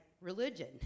religion